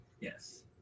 Yes